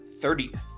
30th